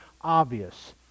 obvious